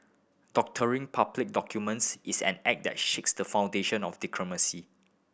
doctoring public documents is an act that shakes the foundation of democracy